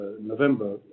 November